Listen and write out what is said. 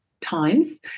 Times